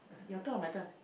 your turn or my turn